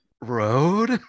Road